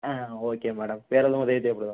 ஆ okay madam வேறு எதுவும் உதவி தேவைப்படுதா